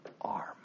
arm